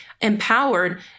empowered